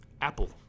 Apple